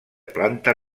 planta